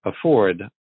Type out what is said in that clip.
afford